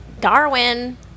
Darwin